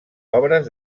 obres